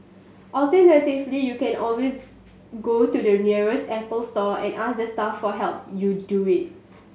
alternatively you can always go to your nearest Apple store and ask the staff for help you do it